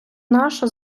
наша